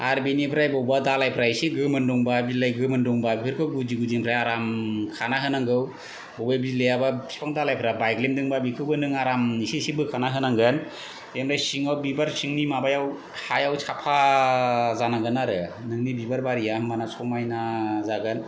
आरो बेनिफ्राय बबेबा दालायफोरा एसे गोमोन दोंबा बिलाइ गोमोन दंबा बिफोरखौ गुदि गुदिनिफ्राय आराम खाना होनांगौ अबे बिलाइयाबा बिफां दालायफोरा बायग्लिमदोंबा बिखौबो आराम एसे एसे बोखाना होनांगोन बेनिफ्राय सिङाव बिबार सिंनि माबायाव हायाव साफा जानांगोन आरो नोंनि बिबार बारिया होमबानो समायना जागोन